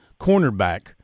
cornerback